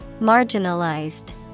Marginalized